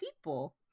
people